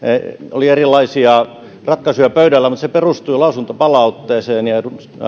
oli erilaisia ratkaisuja pöydällä mutta se perustui lausuntopalautteeseen ja